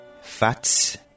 fats